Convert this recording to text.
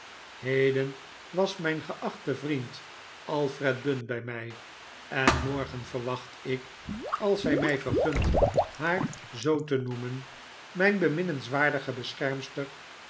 heden was mijn geachte vriend alfred bunn bij mij en morgen verwacht ik als zij mij vergunt haar zoo te noemen mijne beminnenswaardige beschermster